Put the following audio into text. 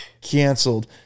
canceled